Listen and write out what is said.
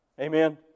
Amen